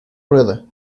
rueda